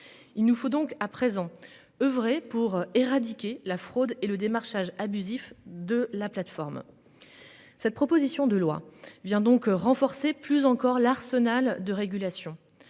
Il nous faut donc à présent oeuvrer pour éradiquer la fraude et le démarchage abusif de la plateforme. Cette proposition de loi vient donc renforcer plus encore l'arsenal de régulation.